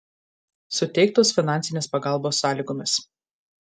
suteiktos finansinės pagalbos sąlygomis